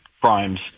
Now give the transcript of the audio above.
crimes